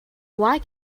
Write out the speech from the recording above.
why